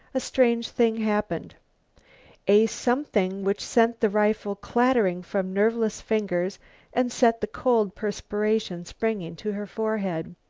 a strange thing happened a something which sent the rifle clattering from nerveless fingers and set the cold perspiration springing to her forehead.